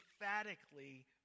emphatically